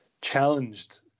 challenged